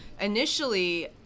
initially